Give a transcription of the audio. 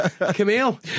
Camille